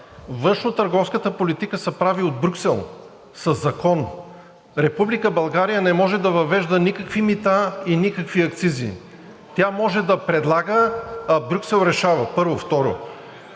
външнотърговската политика се прави от Брюксел със закон. Република България не може да въвежда никакви мита и никакви акцизи, тя може да предлага, а Брюксел решава. Първо. Второ,